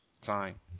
sign